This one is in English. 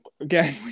again